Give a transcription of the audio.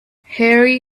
harry